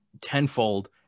tenfold